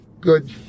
good